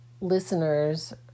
listeners